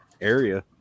area